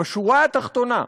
בשורה התחתונה,